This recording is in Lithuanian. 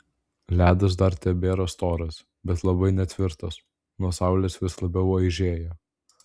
ledas dar tebėra storas bet labai netvirtas nuo saulės vis labiau aižėja